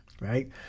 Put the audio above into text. right